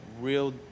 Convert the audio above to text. real